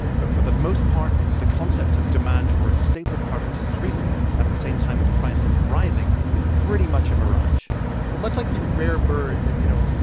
but for the most part, the concept of demand for a staple product increasing at the same time as prices rising is pretty much a mirage well, much like the rare bird that, you know,